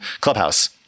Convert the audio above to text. clubhouse